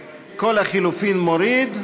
את כל הלחלופין מוריד,